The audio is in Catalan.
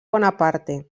bonaparte